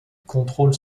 contrôle